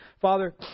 Father